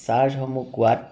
চাৰ্চসমূহ গোৱাত